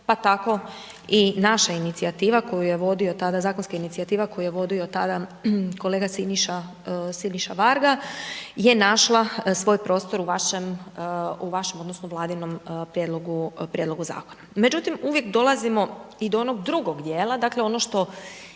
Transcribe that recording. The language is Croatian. pa tako i naša inicijativa koju je vodio tada, zakonska inicijativa koju je vodio tada kolega Siniša Varga je našla svoj prostor u vašem odnosno vladinom prijedlogu zakona. Međutim, uvijek dolazimo i do onog drugog dijela, dakle, ono što